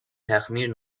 تخمیر